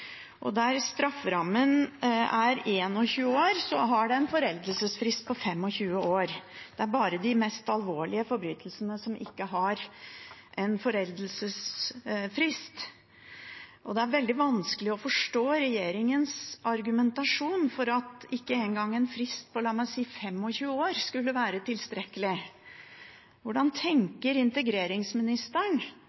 og der strafferammen er 21 år, er det en foreldelsesfrist på 25 år. Det er bare de mest alvorlige forbrytelsene som ikke har en foreldelsesfrist. Det er veldig vanskelig å forstå regjeringens argumentasjon for at ikke engang en frist på – la meg si – 25 år skulle være tilstrekkelig. Hvordan